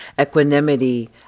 Equanimity